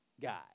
guy